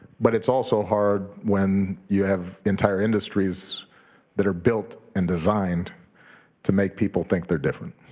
but it's also hard when you have entire industries that are built and designed to make people think they're different,